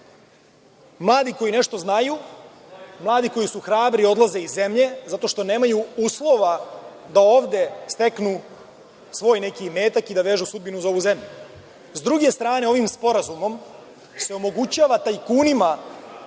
Mladi koji nešto znaju, mladi koji su hrabri odlaze iz zemlje zato što nemaju uslova da ovde steknu svoj neki imetak i da vežu sudbinu za ovu zemlju. S druge strane, ovim sporazumom se omogućava tajkunima,